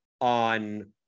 on